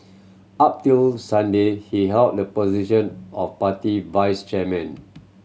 up till Sunday he held the position of party vice chairman